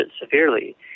severely